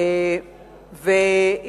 אדוני היושב-ראש,